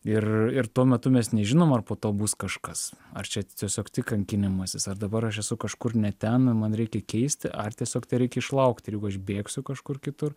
ir ir tuo metu mes nežinom ar po to bus kažkas ar čia tiesiog tik kankinimasis ar dabar aš esu kažkur ne ten man reikia keist ar tiesiog tai reikia išlaukti jeigu aš bėgsiu kažkur kitur